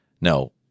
no